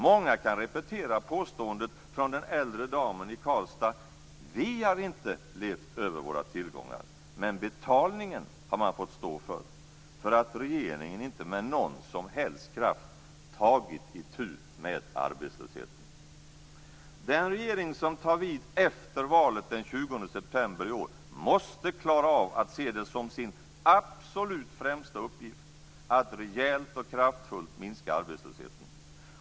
Många kan repetera påståendet från den äldre damen i Karlstad: Vi har inte levt över våra tillgångar. Men betalningen har man fått stå för, därför att regeringen inte med någon som helst kraft tagit itu med arbetslösheten. Den regering som tar vid efter valet den 20 september i år måste klara av och se det som sin absolut främsta uppgift att rejält och kraftfullt minska arbetslösheten.